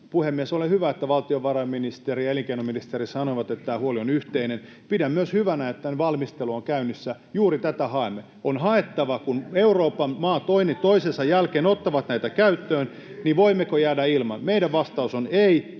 puhemies! Oli hyvä, että valtiovarainministeri ja elinkeinoministeri sanoivat, että tämä huoli on yhteinen. Pidän myös hyvänä, että tämän valmistelu on käynnissä. Juuri tätä haemme — on haettava. Kun Euroopan maa toinen toisensa jälkeen ottaa näitä käyttöön, niin voimmeko jäädä ilman? Meidän vastaus on: ei,